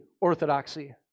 orthodoxy